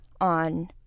on